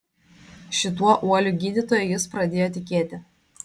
šituo uoliu gydytoju jis pradėjo tikėti